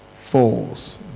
falls